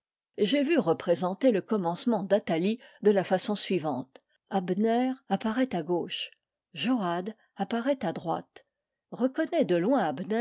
j'ai vu représenter le commencement d'athalie de la façon suivante abner apparaît à gauche joad apparaît à droite reconnaît de